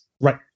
Right